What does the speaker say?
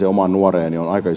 omaan nuoreen